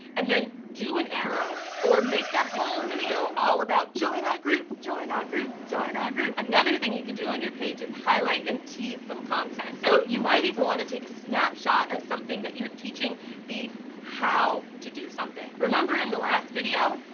and then do an arrow, or make that whole video all about join our group, join our group, join our group! another thing you can do on your page is highlight and tease some content. so, you might even wanna take a snapshot of something that you're teaching the how to do something. remember in the last video,